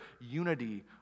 unity